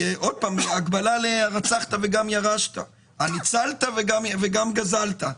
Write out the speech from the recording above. עוד פעם הקבלה להרצחת וגם ירשת, הניצלת וגם גזלת.